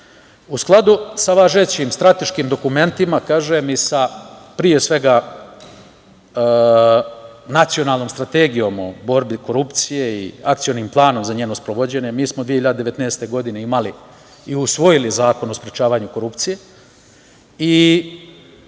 skladu sa važećim strateškim dokumentima, kažem pre svega, Nacionalnom strategijom o borbi protiv sprečavanja korupcije i Akcionim planom za njeno sprovođenje mi smo 2019. godine imali i usvoji Zakon o sprečavanju korupcije.